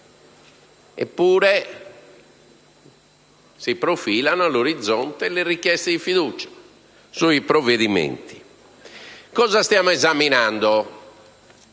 Eppure, si profilano all'orizzonte le richieste di fiducia sui provvedimenti. Ma cosa stiamo esaminando